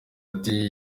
ati